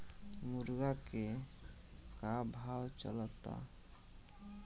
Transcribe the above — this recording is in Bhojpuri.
मुर्गा के का भाव चलता?